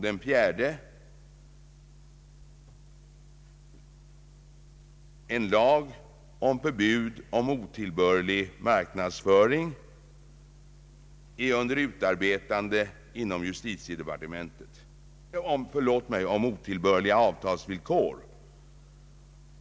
Den fjärde är att en lag om förbud mot otillbörliga avtalsvillkor är under utarbetande inom justitiedepartementet.